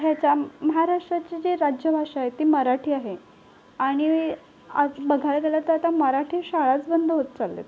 ह्याच्या म्हाराष्ट्राची जी राज्यभाषा आहे ती मराठी आहे आणि आज बघायला गेलं तर तर मराठी शाळाच बंद होत चालयात